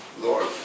lord